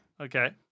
Okay